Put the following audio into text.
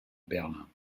berlin